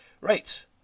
Right